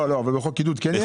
לא לא, אבל בחוק עידוד כן יש?